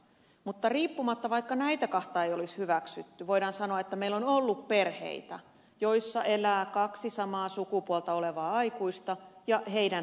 mutta riippumatta siitä onko näitä kahta hyväksytty voidaan sanoa että meillä on ollut perheitä joissa elää kaksi samaa sukupuolta olevaa aikuista ja heidän lapsiaan